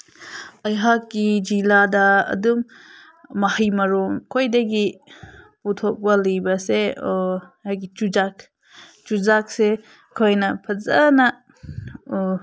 ꯑꯩꯍꯥꯛꯀꯤ ꯖꯤꯂꯥꯗ ꯑꯗꯨꯝ ꯃꯍꯩ ꯃꯔꯣꯡ ꯈ꯭꯭ꯋꯥꯏꯗꯒꯤ ꯄꯨꯊꯣꯛꯄ ꯂꯩꯕꯁꯦ ꯑꯩꯒꯤ ꯆꯨꯖꯥꯛ ꯆꯨꯖꯥꯛꯁꯦ ꯑꯩꯈꯣꯏꯅ ꯐꯖꯅ